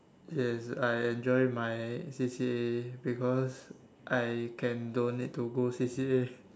is I enjoy my C_C_A because I can don't need to go C_C_A